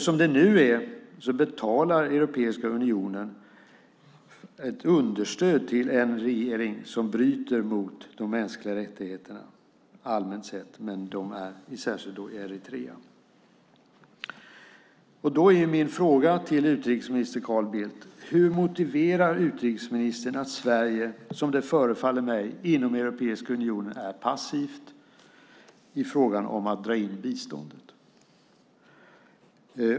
Som det nu är betalar Europeiska unionen understöd till regeringar som bryter mot de mänskliga rättigheterna allmänt sett och särskilt i Eritrea. Då är min fråga till utrikesminister Carl Bildt: Hur motiverar utrikesministern att Sverige, som det förefaller mig, inom Europeiska unionen är passivt i frågan om att dra in biståndet?